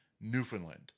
Newfoundland